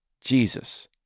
Jesus